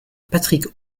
patrick